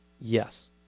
Yes